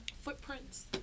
footprints